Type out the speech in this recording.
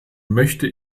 möchte